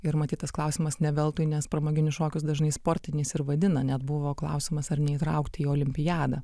ir matyt tas klausimas ne veltui nes pramoginius šokius dažnai sportiniais ir vadina net buvo klausiamas ar neįtraukti į olimpiadą